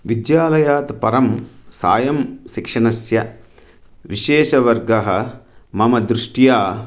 विद्यालयात् परं सायं शिक्षणस्य विशेषः वर्गः मम दृष्ट्या